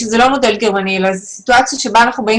שזה לא מודל גרמני אלא זאת סיטואציה בה אנחנו באים